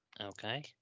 Okay